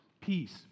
peace